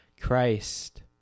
Christ